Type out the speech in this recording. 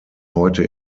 heute